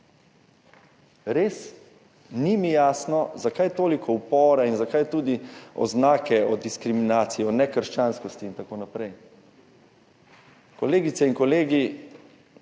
Res mi ni jasno, zakaj toliko upora in zakaj tudi oznake o diskriminaciji, o nekrščanskosti in tako naprej. Kolegice in kolegi,